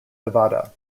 nevada